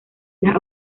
las